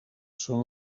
són